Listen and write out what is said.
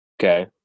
okay